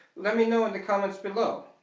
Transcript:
let me know in the comments below.